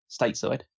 stateside